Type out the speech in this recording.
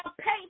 pay